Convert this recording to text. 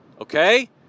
okay